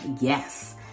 Yes